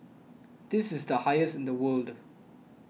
this is the highest in the world